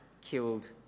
killed